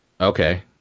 Okay